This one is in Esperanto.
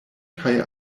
kaj